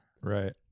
right